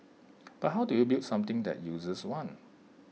but how do you build something that users want